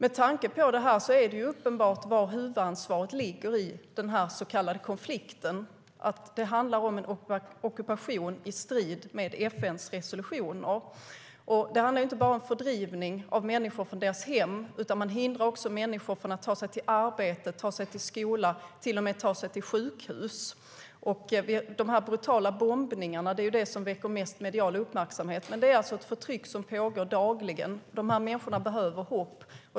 Med tanke på detta är det uppenbart var huvudansvaret ligger i den så kallade konflikten. Det handlar om en ockupation i strid med FN:s resolutioner. Det handlar inte bara om fördrivning av människor från deras hem. Man hindrar också människor från att ta sig till arbetet, skola och till och med ta sig till sjukhus. De brutala bombningarna är det som väcker mest medial uppmärksamhet. Men det är ett förtryck som pågår dagligen. Dessa människor behöver hopp.